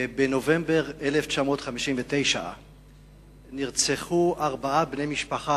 בנובמבר 1959 נרצחו ארבעה בני משפחה